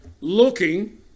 looking